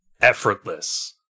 effortless